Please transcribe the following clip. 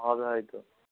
হবে হয়তো